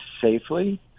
safely